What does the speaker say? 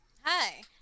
Hi